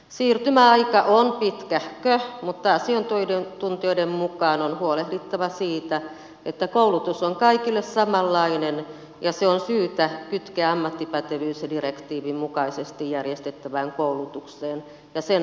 siirtymäaika on pitkähkö mutta asiantuntijoiden mukaan on huolehdittava siitä että koulutus on kaikille samanlainen ja se on syytä kytkeä ammattipätevyysdirektiivin mukaisesti järjestettävään koulutukseen ja sen aikatauluihin